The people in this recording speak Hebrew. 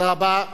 תודה רבה.